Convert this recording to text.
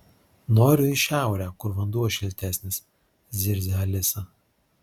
noriu į šiaurę kur vanduo šiltesnis zirzia alisa